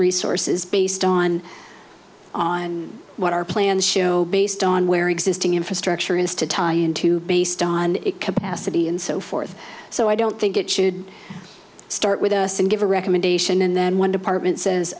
resources based on on what our plans show based on where existing infrastructure is to tie into based on capacity and so forth so i don't think it should start with us and give a recommendation and then one department says